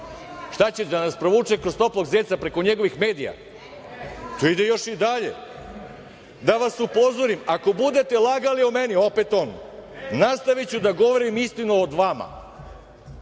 Šta će, da nas provuče kroz „toplog zeca“ preko njegovih medija? To ide još i dalje. Da vas upozorim, ako budete lagali o meni, opet on, nastaviću da govorim istinu o vama,